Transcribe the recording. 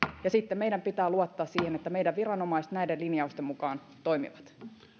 ja sitten meidän pitää luottaa siihen että meidän viranomaiset näiden linjausten mukaan toimivat